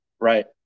Right